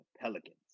Pelicans